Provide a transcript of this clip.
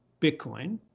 Bitcoin